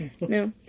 No